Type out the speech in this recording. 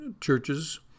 churches